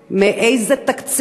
מאיזה תקציב?